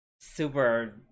super